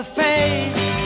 face